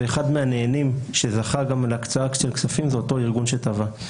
ואחד מהנהנים שזכה גם להקצאה של כספים זה אותו ארגון שתבע.